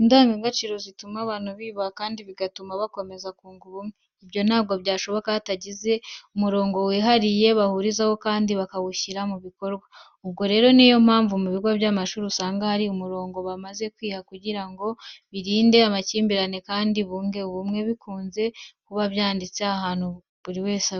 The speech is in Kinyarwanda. Indangaciro zituma abantu biyubaha kandi bigatuma bakomeza kunga ubumwe. Ibyo ntabwo byashoboka hatagize umurongo wihariye bahurizaho kandi bakawushyira mu bikorwa. Ubwo rero niyo mpamvu mu bigo by'amashuri usanga hari umurongo bamaze kwiha kugira ngo birinde amakimbirane kandi bunge ubumwe, bikunze kuba byanditse ahantu buri wese